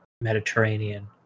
Mediterranean